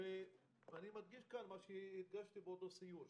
אני מדגיש כאן את מה שהדגשתי באותו סיור,